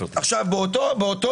באותו